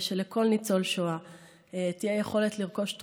שלכל ניצול שואה תהיה יכולת לרכוש תרופות.